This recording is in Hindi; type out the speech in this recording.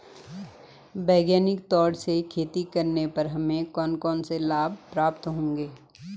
वैज्ञानिक तरीके से खेती करने पर हमें कौन कौन से लाभ प्राप्त होंगे?